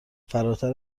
فراتر